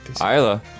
Isla